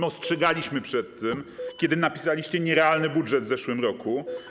Ostrzegaliśmy przed tym, kiedy napisaliście nierealny budżet w zeszłym roku.